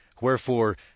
Wherefore